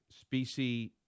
species